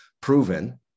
proven